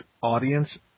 audience